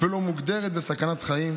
ולא מוגדרת בסכנת חיים,